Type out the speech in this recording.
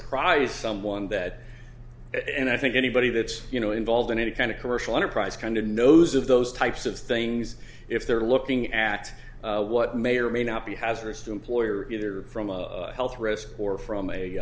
apprise someone that and i think anybody that's you know involved in any kind of commercial enterprise kind of knows of those types of things if they're looking at what may or may not be hazardous to employer either from a health risk or from a